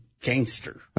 gangster